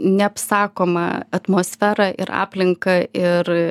neapsakomą atmosferą ir aplinką ir